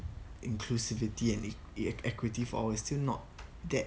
inclusivity and and equity for is still not that